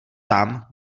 tam